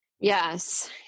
Yes